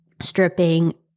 stripping